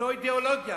אותה אידיאולוגיה.